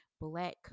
black